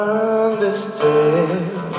understand